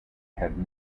had